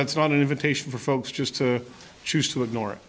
that's not an invitation for folks just to choose to ignore